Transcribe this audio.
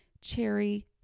cherry